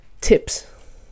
tips